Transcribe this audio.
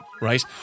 right